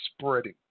spreading